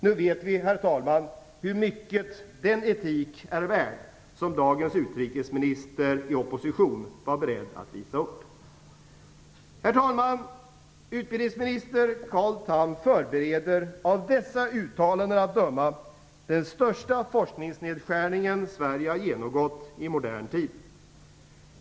Nu vet vi hur mycket den etik är värd som dagens utrikesminister i opposition var beredd att visa upp. Herr talman! Utbildningsminister Carl Tham förbereder av dessa uttalanden att döma den största forskningsnedskärning Sverige har genomgått i modern tid.